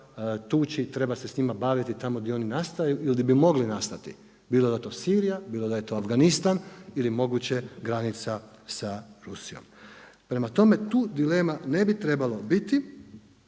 tući i treba se s time baviti tamo gdje oni nastaju ili di bi mogli nastati. Bilo da je to Sirija, bilo da je to Afganistan ili moguće granica sa Rusijom. Prema tome, tu dilema ne bi trebalo biti.